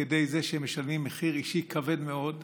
כדי זה שהם משלמים מחיר אישי כבד מאוד,